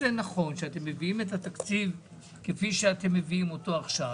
לקצץ בתקציב כפי שאתם מביאים אותו עכשיו.